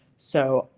so,